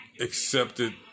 accepted